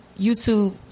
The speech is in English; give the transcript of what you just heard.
YouTube